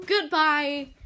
goodbye